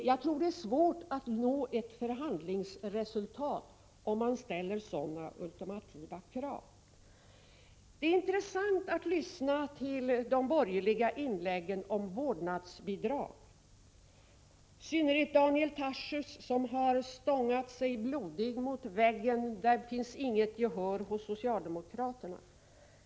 Jag tror att det är svårt att nå ett förhandlingsresultat, om man ställer sådana ultimativa krav. Det är intressant att lyssna till de borgerligas inlägg om vårdnadsbidrag. I synnerhet Daniel Tarschys har stångat sig blodig mot väggen och sagt: Härvidlag finns inget gehör hos socialdemokraterna.